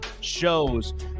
shows